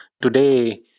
today